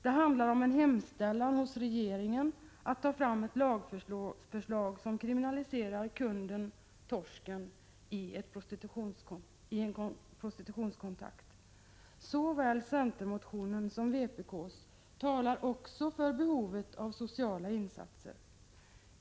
Det handlar om en hemställan hos regeringen om att ta fram ett lagförslag som kriminaliserar kunden/”torsken” i en prostitutionskontakt. Såväl centerns som vpk:s motion talar också för behovet av sociala insatser.